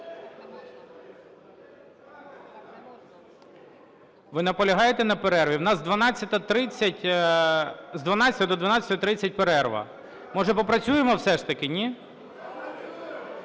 Ви наполягаєте на перерві? У нас 12:30, з 12 до 12:30 – перерва. Може попрацюємо все ж таки, ні?